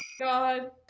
god